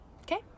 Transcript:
Okay